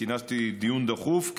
כינסתי דיון דחוף,